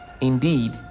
Indeed